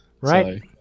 Right